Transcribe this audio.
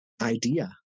idea